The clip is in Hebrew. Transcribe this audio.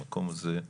המקום הזה,